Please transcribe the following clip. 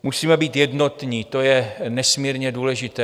Musíme být jednotní, to je nesmírně důležité.